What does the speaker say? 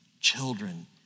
children